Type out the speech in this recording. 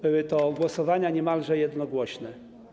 Były to głosowania niemalże jednogłośne.